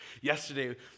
Yesterday